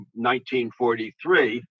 1943